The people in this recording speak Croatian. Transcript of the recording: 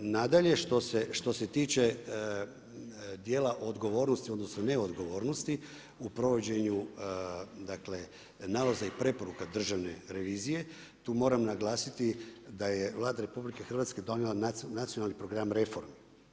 Nadalje, što se tiče, dijela odgovornosti, odnosno, neodgovornosti, u provođenju nalozi i preporuka Državne revizije, tu moram naglasiti, da je Vlada RH donijela anacionalni program reformi.